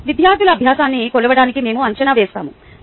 విద్యార్థుల అభ్యాసాన్ని కొలవడానికి మేము అంచనా వేస్తాము